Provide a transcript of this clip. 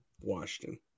Washington